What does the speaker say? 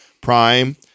prime